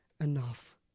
enough